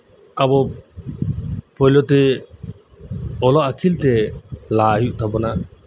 ᱟᱵᱩ ᱯᱚᱭᱞᱚ ᱚᱞᱚᱜ ᱟᱹᱠᱤᱞᱛᱮ ᱞᱟᱦᱟ ᱦᱩᱭᱩᱜ ᱛᱟᱵᱩᱱᱟ